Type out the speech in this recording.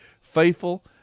faithful